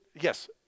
yes